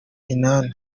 inani